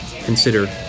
consider